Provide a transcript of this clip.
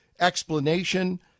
explanation